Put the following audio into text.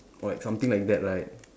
or like something like that right